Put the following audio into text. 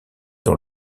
dans